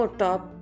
top